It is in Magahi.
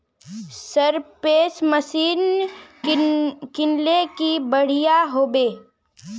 स्प्रे मशीन किनले की बढ़िया होबवे?